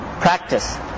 practice